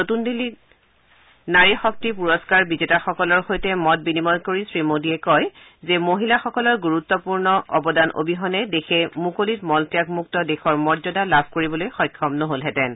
নতুন দিল্লীত কালি সদ্ধিয়া নাৰী শক্তি পুৰস্কাৰ বিজেতাসকলৰ সৈতে মত বিনিময় কৰি শ্ৰীমোডীয়ে কয় যে মহিলাসকলৰ গুৰুত্পূৰ্ণ অৰিহণা অবিহনে দেশে মুকলিত মলত্যাগ মুক্ত দেশৰ মৰ্যাদা লাভ কৰিবলৈ সক্ষম নহলহেঁতেন